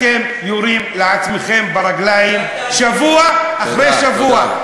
אתם יורים לעצמכם ברגליים שבוע אחרי שבוע.